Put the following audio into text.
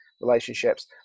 relationships